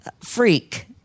freak